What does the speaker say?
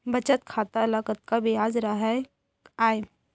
बचत खाता ल कतका ब्याज राहय आय?